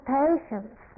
patience